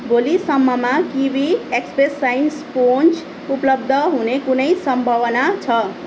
भोलिसम्ममा Kiwi express shine sponge उपलब्ध हुने कुनै सम्भावना छ